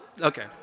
Okay